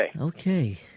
Okay